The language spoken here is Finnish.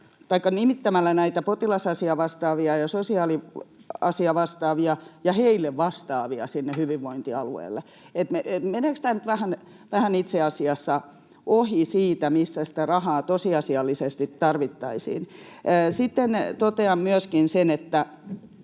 nimittämällä näitä potilasasiavastaavia ja sosiaaliasiavastaavia ja heille vastaavia hyvinvointialueelle. Meneekö tämä nyt vähän itse asiassa ohi siitä, missä sitä rahaa tosiasiallisesti tarvittaisiin? Sitten totean myöskin sen, että